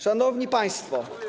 Szanowni Państwo!